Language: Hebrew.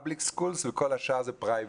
ספר ציבוריים וכל השאר בתי ספר פרטיים.